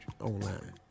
online